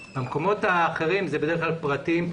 המקומות האחרים הם בדרך כלל מקומות פרטיים,